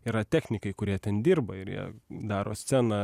yra technikai kurie ten dirba ir jie daro sceną